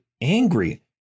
angry